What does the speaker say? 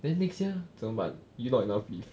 then next year 怎么办 you not enough leave